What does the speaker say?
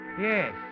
Yes